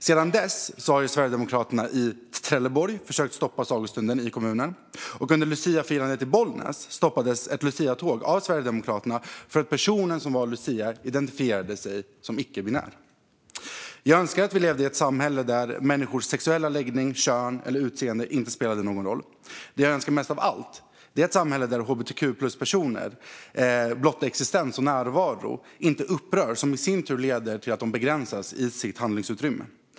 Sedan dess har Sverigedemokraterna i Trelleborg försökt stoppa sagostunden i kommunen, och under luciafirandet i Bollnäs stoppades ett luciatåg av Sverigedemokraterna för att personen som var lucia identifierade sig som icke-binär. Jag önskar att vi levde i ett samhälle där människors sexuella läggning, kön eller utseende inte spelade någon roll. Det jag önskar mest av allt är ett samhälle där hbtq-plus-personers blotta existens och närvaro inte upprör, då upprördheten i sin tur leder till att de begränsas i sitt handlingsutrymme.